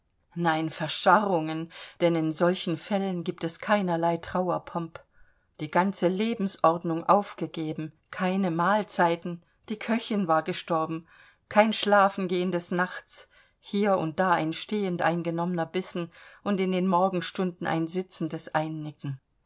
nein verscharrungen denn in solchen fällen gibt es keinerlei trauerpomp die ganze lebensordnung aufgegeben keine mahlzeiten die köchin war gestorben kein schlafengehen des nachts hier und da ein stehend eingenommener bissen und in den morgenstunden ein sitzendes einnicken